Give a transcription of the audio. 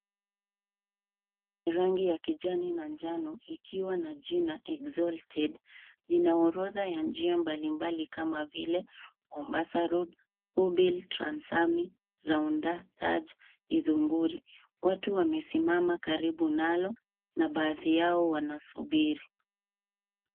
Rangi ya kijani na njano ikiwa na jina Exalted, vina orodha ya njia mbali mbali, kama vile Mombasa Road, Kobil, Transamy, Raunda, Taj, Guthunguri. Watu wamesimama karibu nalo na baadhi yao wanasubiri.